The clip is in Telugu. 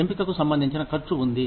ఎంపికకు సంబంధించిన ఖర్చు ఉంది